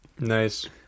Nice